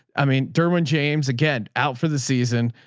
i mean, derwin james, again, out for the season.